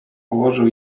położył